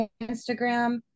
Instagram